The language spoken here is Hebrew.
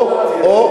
או,